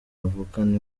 bavukana